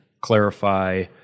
clarify